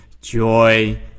joy